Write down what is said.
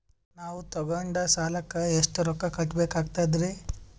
ನಾವು ತೊಗೊಂಡ ಸಾಲಕ್ಕ ಎಷ್ಟು ರೊಕ್ಕ ಕಟ್ಟಬೇಕಾಗ್ತದ್ರೀ?